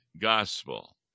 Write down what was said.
gospel